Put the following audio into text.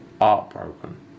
heartbroken